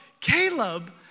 Caleb